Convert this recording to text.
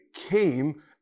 came